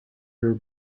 her